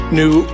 new